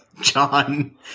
John